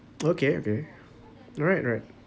okay okay right right